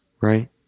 Right